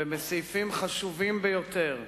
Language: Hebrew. ובסעיפים חשובים ביותר,